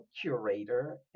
curator